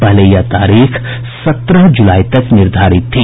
पहले यह तारीख सत्रह जुलाई तक निर्धारित थी